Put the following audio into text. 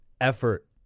effort